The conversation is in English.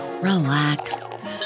relax